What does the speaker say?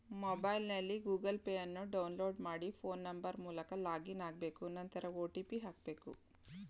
ಮೊಬೈಲ್ನಲ್ಲಿ Google Pay ಅನ್ನು download ಮಾಡಿ ಫೋನ್ ನಂಬರ್ ಮೂಲಕ ಲಾಗಿನ್ ಆಗ್ಬೇಕು ನಂತರ ಒ.ಟಿ.ಪಿ ಹಾಕ್ಬೇಕು